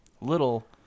little